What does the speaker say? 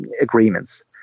agreements